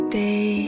day